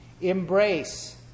embrace